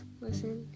listen